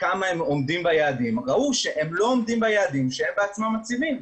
כמה הם עומדים ביעדים ראו שהם לא עומדים ביעדים שהם עצמם מציבים.